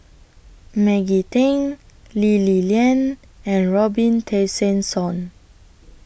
Maggie Teng Lee Li Lian and Robin Tessensohn